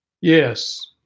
Yes